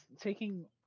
taking